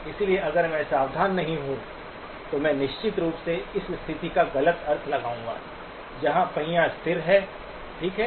इसलिए अगर मैं सावधान नहीं हूं तो मैं निश्चित रूप से इस स्थिति का गलत अर्थ लगाऊंगा जहां पहिया स्थिर है ठीक है